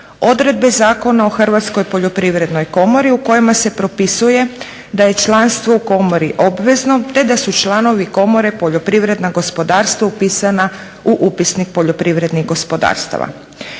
odredbe Zakona o Hrvatskoj poljoprivrednoj komori u kojima se propisuje da je članstvo u Komori obvezno, te da su članovi Komore poljoprivredna gospodarstva upisana u upisnik poljoprivrednih gospodarstava.